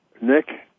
Nick